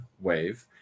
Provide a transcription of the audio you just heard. Wave